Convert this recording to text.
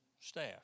staff